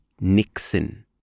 Nixon